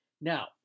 Now